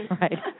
Right